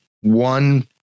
one